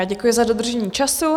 Děkuji za dodržení času.